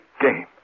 game